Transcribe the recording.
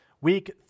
week